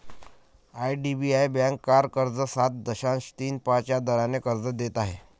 IDBI bank car कर्ज सात दशांश तीन पाच या दराने कर्ज देत आहे